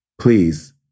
please